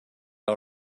all